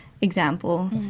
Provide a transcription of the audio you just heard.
example